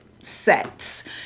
sets